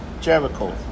Jericho